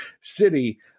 city